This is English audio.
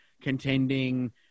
contending